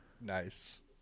Nice